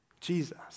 Jesus